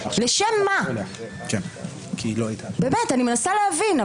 אני מנסה להבין,